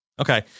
Okay